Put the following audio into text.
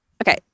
Okay